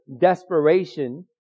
desperation